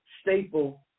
staple